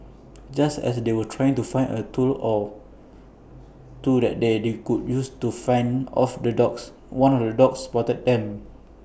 just as they were trying to find A tool or two that they could use to fend off the dogs one of the dogs spotted them